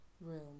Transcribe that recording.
room